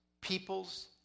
peoples